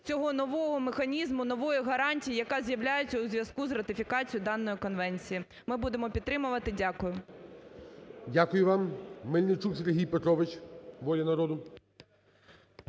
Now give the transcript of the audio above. цього нового механізму, нової гарантії, яка з'являється у зв'язку з ратифікацією даної конвенції. Ми будемо підтримувати. Дякую. ГОЛОВУЮЧИЙ. Дякую вам. Мельничук Сергій Петрович, "Воля народу".